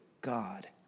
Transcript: God